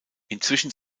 inzwischen